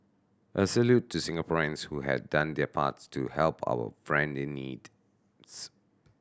a salute to Singaporeans who had done their parts to help our friend in need